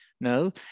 no